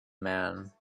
man